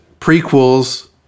prequels